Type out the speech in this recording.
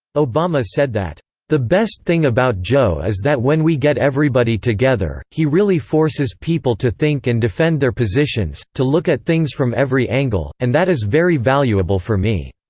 obama said that the best thing about joe is that when we get everybody together, he really forces people to think and defend their positions, to look at things from every angle, and that is very valuable for me.